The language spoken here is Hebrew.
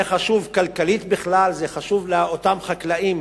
זה חשוב כלכלית בכלל, זה חשוב לאותם חקלאים